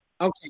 Okay